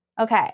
okay